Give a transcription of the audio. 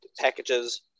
packages